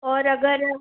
और अगर